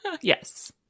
Yes